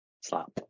slap